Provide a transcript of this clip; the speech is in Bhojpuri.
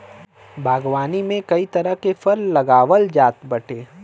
बागवानी में कई तरह के फल लगावल जात बाटे